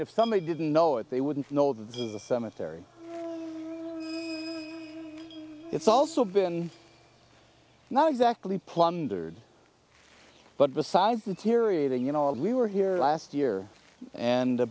if somebody didn't know it they wouldn't know the cemetery it's also been not exactly plundered but besides the theory that you know we were here last year and a